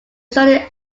studied